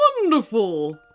Wonderful